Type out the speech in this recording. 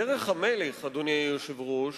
דרך המלך, אדוני היושב-ראש,